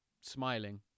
smiling